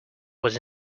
was